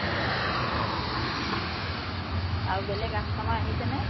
আৰু বেলেগ কাষ্টমাৰ আহিছেনে